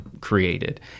created